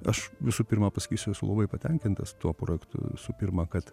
aš visų pirma pasakysiu esu labai patenkintas tuo projektu visų pirma kad